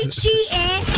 cheating